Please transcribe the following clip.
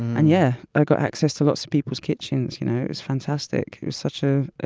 and yeah i got access to lots of people's kitchens. you know it was fantastic it was such a ah